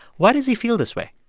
why does he feel this way?